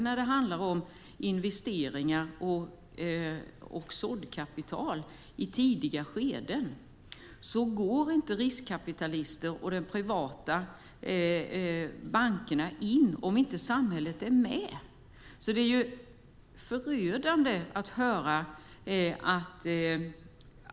När det handlar om investeringar och såddkapital i tidiga skeden går inte riskkapitalister och privata banker in om inte samhället är med.